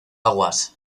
aguas